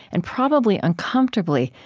and probably uncomfortably,